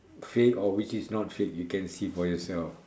fake or which is not fake you can see for yourself